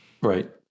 Right